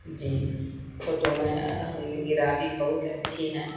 جی photo میں گرافی بہت اچھی ہیں